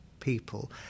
people